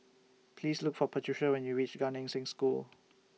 Please Look For Patrica when YOU REACH Gan Eng Seng School